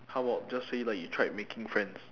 how about just say like you tried making friends